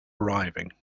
arriving